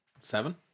Seven